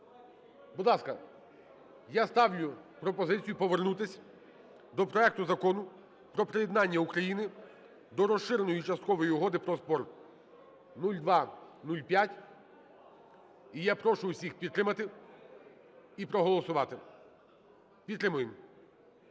Будь ласка, я ставлю пропозицію повернутися до проекту Закону про приєднання України до Розширеної часткової угоди про спорт (0205). І я прошу всіх підтримати і проголосувати. Підтримуємо.